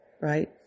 Right